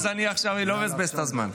אז עכשיו אני לא מבזבז את הזמן.